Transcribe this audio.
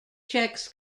cheques